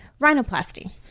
rhinoplasty